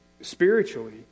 spiritually